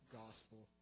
gospel